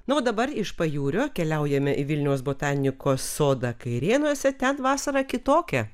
na o dabar iš pajūrio keliaujame į vilniaus botanikos sodą kairėnuose ten vasara kitokia